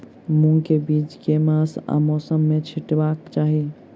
मूंग केँ बीज केँ मास आ मौसम मे छिटबाक चाहि?